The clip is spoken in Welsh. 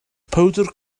powdr